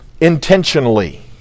intentionally